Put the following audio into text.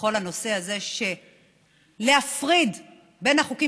בכל הנושא הזה של להפריד בין החוקים